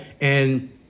And-